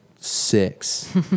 Six